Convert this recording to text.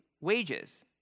wages